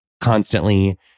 constantly